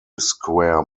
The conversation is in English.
square